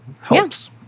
helps